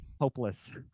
hopeless